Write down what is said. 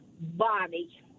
body